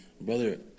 brother